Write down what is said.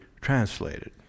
translated